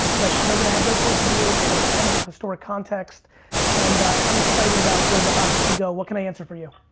like they're gonna have their points of view but they have tons of historic context and i'm excited about where the hobby can go. what can i answer for you?